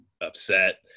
upset